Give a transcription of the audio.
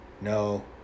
No